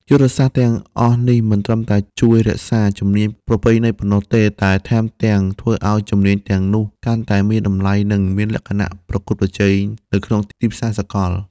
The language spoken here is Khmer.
យុទ្ធសាស្ត្រទាំងអស់នេះមិនត្រឹមតែជួយរក្សាជំនាញប្រពៃណីប៉ុណ្ណោះទេ ថែមទាំងធ្វើឱ្យជំនាញទាំងនោះកាន់តែមានតម្លៃនិងមានលក្ខណៈប្រកួតប្រជែងនៅក្នុងទីផ្សារសកល។